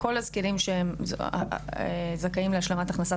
כל הזקנים שזכאים להשלמת הכנסה,